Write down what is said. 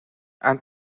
han